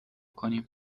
کنیم